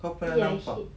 kau pernah nampak